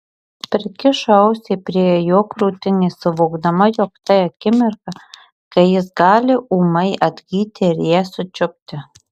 prikišo ausį prie jo krūtinės suvokdama jog tai akimirka kai jis gali ūmai atgyti ir ją sučiupti